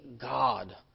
God